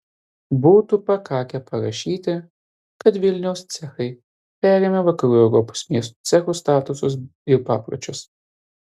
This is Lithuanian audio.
būtų pakakę parašyti kad vilniaus cechai perėmė vakarų europos miestų cechų statusus ir papročius